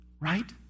right